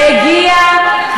אז מה, איזה מענה, והגיע הזמן,